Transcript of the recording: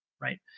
right